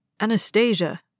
Anastasia